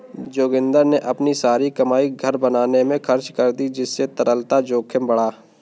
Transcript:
जोगिंदर ने अपनी सारी कमाई घर बनाने में खर्च कर दी जिससे तरलता जोखिम बढ़ा